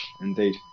Indeed